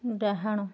ଡାହାଣ